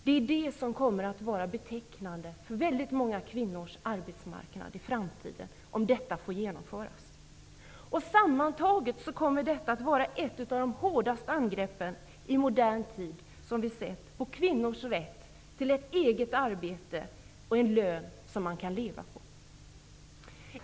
Det är detta som kommer att vara betecknande för arbetsmarknaden för en mycket stor grupp kvinnor i framtiden, om dessa förslag genomförs. Sammantaget kommer detta att vara ett av de hårdaste angreppen i modern tid på kvinnors rätt till ett eget arbete och en lön som man kan leva på.